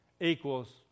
equals